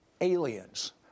aliens